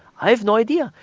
i have no idea.